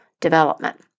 development